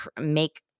make